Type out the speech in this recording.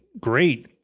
great